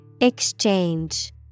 Exchange